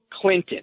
Clinton